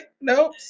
nope